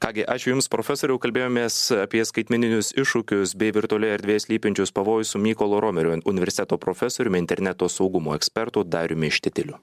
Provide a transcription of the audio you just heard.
ką gi ačiū jums profesoriau kalbėjomės apie skaitmeninius iššūkius bei virtualioj erdvėj slypinčius pavojus su mykolo romerio universiteto profesoriumi interneto saugumo ekspertu dariumi štitiliu